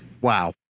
Wow